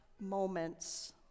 moments